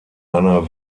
einer